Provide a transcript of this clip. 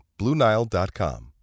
BlueNile.com